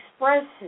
expresses